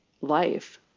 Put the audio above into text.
life